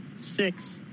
six